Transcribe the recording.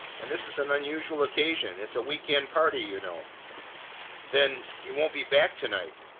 and this is an unusual occasion. it's a week-end party, you know then you won't be back to-night!